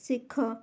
ଶିଖ